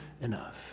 enough